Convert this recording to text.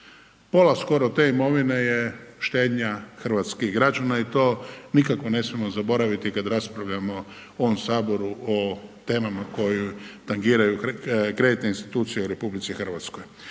Pola skoro te imovine je štednja hrvatskih građana i to nikako ne smijemo zaboraviti kad raspravljamo u ovom Saboru o temama koje tangiraju kreditne institucije u RH. Bruto